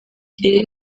iri